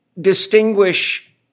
distinguish